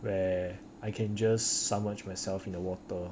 where I can just submerge myself in the water